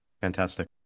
fantastic